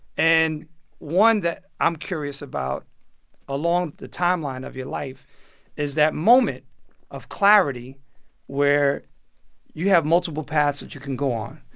and one that i'm curious about along the timeline of your life is that moment of clarity where you have multiple paths that you can go on.